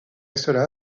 cela